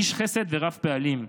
איש חסד ורב-פעלים,